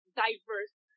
diverse